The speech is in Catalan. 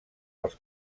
els